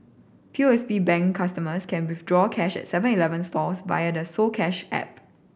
P O S B Bank customers can withdraw cash at Seven Eleven stores via the soCash app